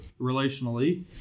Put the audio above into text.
relationally